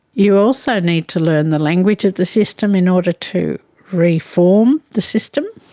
you also need to learn the language of the system in order to reform the system,